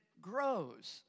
grows